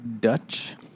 Dutch